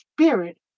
spirit